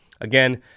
Again